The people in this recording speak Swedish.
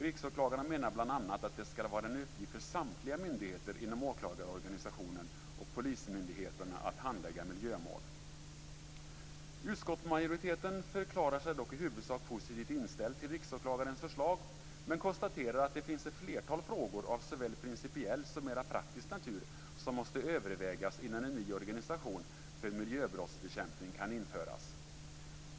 Riksåklagaren menar bl.a. att det skall vara en uppgift för samtliga myndigheter inom åklagarorganisationen och polismyndigheterna att handlägga miljömål. Utskottsmajoriteten förklarar sig dock i huvudsak positivt inställd till Riksåklagarens förslag men konstaterar att det finns ett flertal frågor av såväl principiell som mera praktisk natur som måste övervägas innan en ny organisation för miljöbrottsbekämpning kan införas.